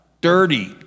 dirty